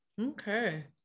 Okay